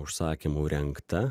užsakymu rengta